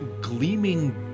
gleaming